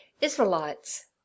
Israelites